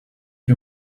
you